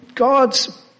God's